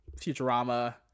Futurama